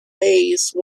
maze